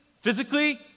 physically